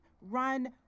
run